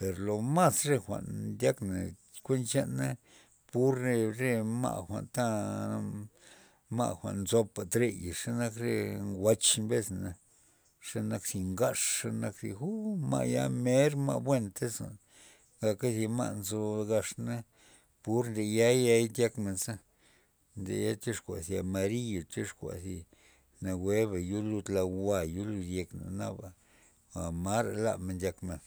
per lo mas jwa'n ndyak kuen chana pur re- re ma' jwa'nta ma' zopa teya yixa xenak wach mbesna xe nak thi ngax ze nak uu ma' ya mer ma' buen tyz gaka thi ma' nzo gaxna pur nde ya yai' ndyak menza ndeya tyoxkua zi amariyo tyoxkua zi nawueba yolud la jwa'yo lud yekna naba anta mara lamen ndyakmen.